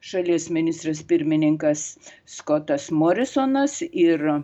šalies ministras pirmininkas skotas morisonas ir